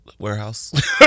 warehouse